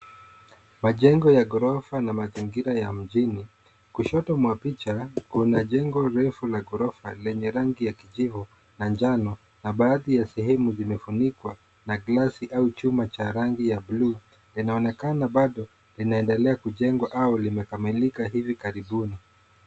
Majengo ya ghorofa na mazingira ya mjini. Kushoto mwa picha kuna jengo refu la ghorofa lenye rangi ya kijivu na njano na baadhi ya sehemu zimefunikwa na glasi au chuma cha rangi ya buluu. Inaonekana bado linaendelea kujengwa au limekamilika hivi karibuni.